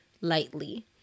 lightly